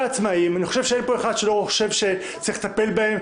פה אחד שחושב שלא צריך לטפל בהם.